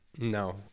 No